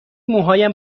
موهایم